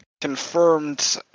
Confirmed